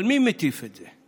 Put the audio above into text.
אבל מי מטיף את זה?